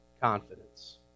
confidence